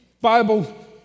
Bible